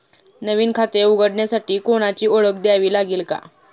नवीन खाते उघडण्यासाठी कोणाची ओळख द्यावी लागेल का?